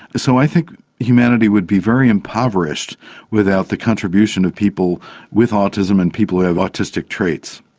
so i think humanity would be very impoverished without the contribution of people with autism and people who have autistic traits.